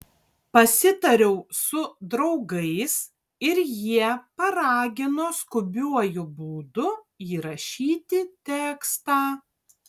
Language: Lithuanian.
pasitariau su draugais ir jie paragino skubiuoju būdu įrašyti tekstą